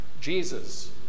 Jesus